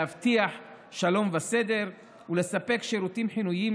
להבטיח שלום וסדר ולספק שירותים חיוניים